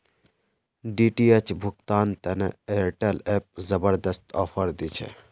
DTH भुगतान तने Airtel app जबरदस्त ऑफर दी छे